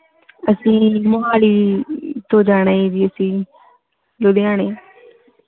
ਅਸੀਂ ਮੋਹਾਲੀ ਤੋਂ ਜਾਣਾ ਹੈ ਜੀ ਅਸੀਂ ਲੁਧਿਆਣੇ